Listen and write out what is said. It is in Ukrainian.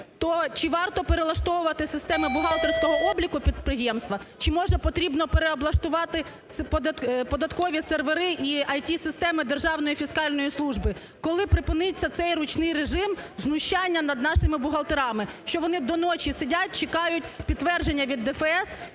То чи варто перелаштовувати систему бухгалтерського обліку підприємства, чи може потрібно переоблаштувати податкові сервери і IT-системи Державної фіскальної служби. Коли припиниться цей ручний режим знущання над нашими бухгалтерами, що вони до ночі сидять чекають підтвердження від ДФС,